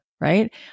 right